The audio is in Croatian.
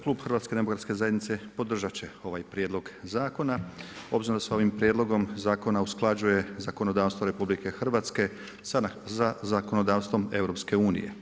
Klub Hrvatske demokratske zajednice podržat će ovaj prijedlog zakona obzirom da se ovim prijedlogom zakona usklađuje zakonodavstvo RH sa zakonodavstvom EU.